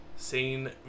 seen